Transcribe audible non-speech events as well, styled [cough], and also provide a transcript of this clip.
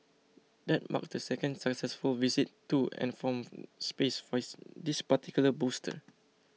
that marks the second successful visit to and from [noise] space for this particular booster